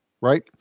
right